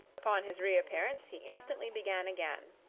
upon his reappearance, he instantly began again,